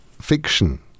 fiction